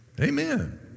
Amen